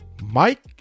Mike